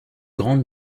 grande